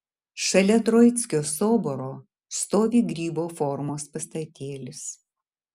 šalia troickio soboro stovi grybo formos pastatėlis